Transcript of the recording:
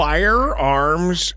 Firearms